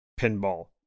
pinball